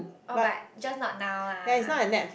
oh but just not now lah